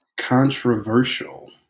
controversial